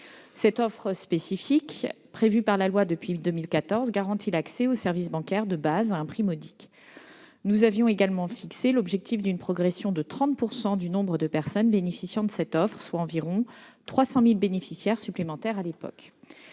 Cette offre spécifique, prévue par la loi depuis 2014, garantit l'accès aux services bancaires de base à un prix modique. Nous avions également fixé l'objectif d'une progression de 30 % du nombre de personnes bénéficiant de l'offre, soit environ 300 000 à l'époque.